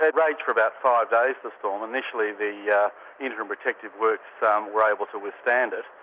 it raged for about five days, the storm. initially the yeah interim protective works um were able to withstand it,